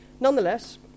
Nonetheless